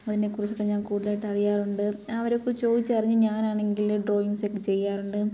അതിനെക്കുറിച്ചൊക്കെ ഞാൻ കൂടുതലായിട്ട് അറിയാറുണ്ട് അവരൊക്കെ ചോദിച്ചറിഞ്ഞു ഞാനാണെങ്കിൽ ഡ്രോയിങ്സ് ഒക്കെ ചെയ്യാറുണ്ട്